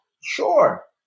sure